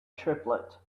triplet